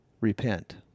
repent